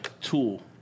Tool